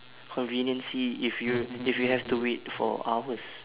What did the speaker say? conveniency if you if you have to wait for hours